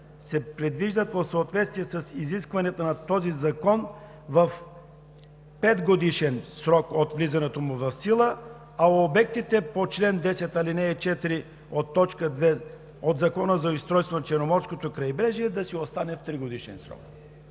се предвижда в съответствие с изискването на този закон петгодишен срок от влизането му в сила, а за обектите по чл. 10, ал. 4, т. 2 от Закона за устройство на Черноморското крайбрежие да си остане тригодишен срок.